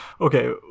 Okay